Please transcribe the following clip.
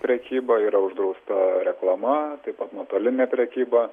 prekyba yra uždrausta reklama taip pat nuotolinė prekyba